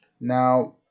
Now